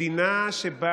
מדינה שבה